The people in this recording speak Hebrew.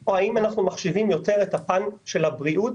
או האם אנחנו מחשיבים יותר את הפן של הבריאות,